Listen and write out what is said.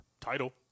title